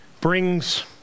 brings